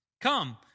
Come